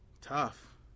Tough